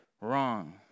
wrong